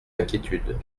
inquiétudes